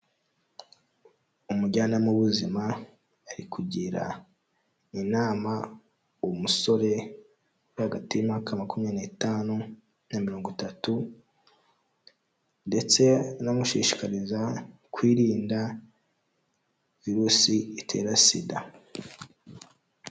Umujyanama w'ubuzima ari kugira inama umusore uri hagati y'imyaka makumyabiri n'itanu na mirongo itatu, ndetse anamushishikariza kwirinda virusi itera sida.